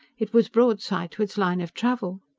it was broadside to its line of travel.